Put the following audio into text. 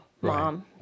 mom